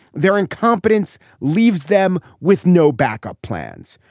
their incompetence leaves them with no backup plans.